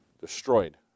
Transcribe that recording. destroyed